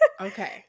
okay